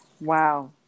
wow